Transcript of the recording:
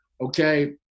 okay